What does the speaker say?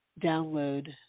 download